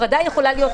הפרדה יכולה להיות,